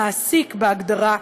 המעסיק בהגדרה,